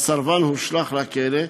והסרבן הושלך לכלא,